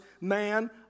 man